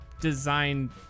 design